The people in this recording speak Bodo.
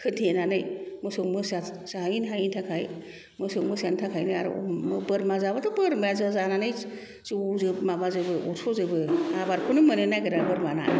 होथेनानै मोसौ मोसा जाहैनो हायैनि थाखाय मोसौ मोसानि थाखायनो आरो बोरमा जाबाथ' बोरमाया जानानै जजोब माबाजोबो अरसजोबो आबादखौ मोननो नागिरा बोरमाना